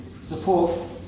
support